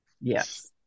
Yes